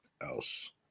else